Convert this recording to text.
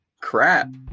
crap